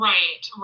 Right